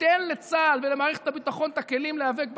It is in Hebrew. שתיתן לצה"ל ולמערכת הביטחון את הכלים להיאבק בטרור,